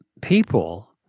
people